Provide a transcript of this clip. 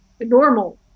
Normal